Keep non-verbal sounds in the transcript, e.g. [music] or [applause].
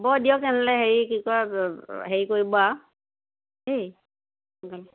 হ'ব দিয়ক তেনেহ'লে হেৰি কি কয় হেৰি কৰিব আৰু দেই [unintelligible]